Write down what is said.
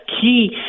key